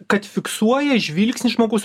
kad fiksuoja žvilgsnį žmogus